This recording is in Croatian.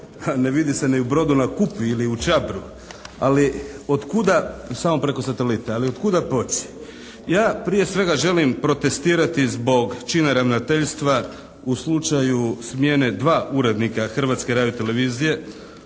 Ne vidi se ni u Brodu na Kupi ili u Čabru, samo preko satelita. Ali od kuda poći? Ja prije svega želim protestirati zbog čina ravnateljstva u slučaju smjene dva urednika Hrvatske radio-televizije